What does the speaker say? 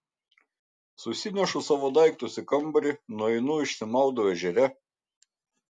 susinešu savo daiktus į kambarį nueinu išsimaudau ežere